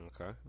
Okay